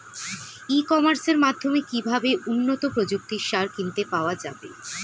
ই কমার্সের মাধ্যমে কিভাবে উন্নত প্রযুক্তির সার কিনতে পাওয়া যাবে?